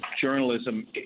journalism